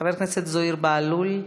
חבר הכנסת זוהיר בהלול,